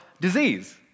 disease